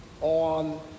on